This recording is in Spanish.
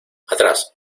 atrás